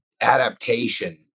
Adaptation